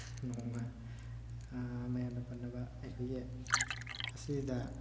ꯅꯣꯡꯃ ꯃꯌꯥꯝꯅ ꯄꯟꯅꯕ ꯑꯩꯈꯣꯏꯒꯤ ꯑꯁꯤꯗ